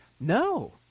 no